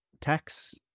tax